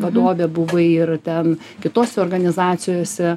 vadovė buvai ir ten kitose organizacijose